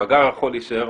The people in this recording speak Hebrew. המאגר יכול להישאר